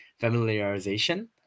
familiarization